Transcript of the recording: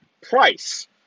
Price